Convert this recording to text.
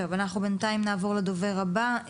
אנחנו בינתיים נעבור לדובר הבא,